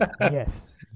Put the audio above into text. yes